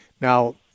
Now